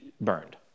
burned